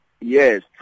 yes